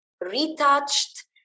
retouched